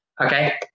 Okay